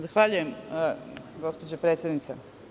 Zahvaljujem, gospođo predsednice.